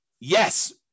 Yes